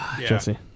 Jesse